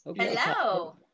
Hello